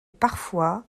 parfois